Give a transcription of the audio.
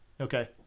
Okay